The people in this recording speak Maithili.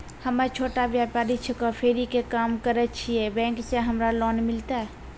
हम्मे छोटा व्यपारी छिकौं, फेरी के काम करे छियै, बैंक से हमरा लोन मिलतै?